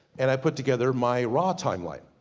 and i put together my raw timeline.